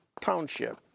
Township